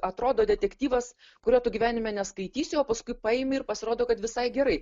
atrodo detektyvas kurio tu gyvenime neskaitysi o paskui paimi ir pasirodo kad visai gerai